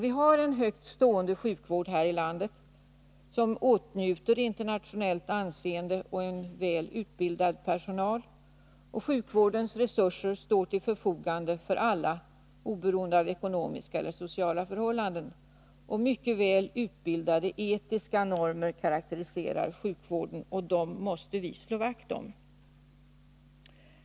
Vi har en högtstående sjukvård här i landet, som åtnjuter internationellt anseende, och vi har en väl utbildad personal. Sjukvårdens resurser står till förfogande för alla, oberoende av ekonomiska eller sociala förhållanden. Det är mycket väl utbildade etiska normer som karakteriserar sjukvården, och dessa normer måste vi slå vakt om.